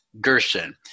Gerson